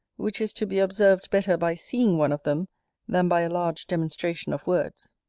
which is to be observed better by seeing one of them than by a large demonstration of words.